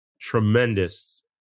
tremendous